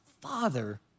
father